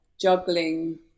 juggling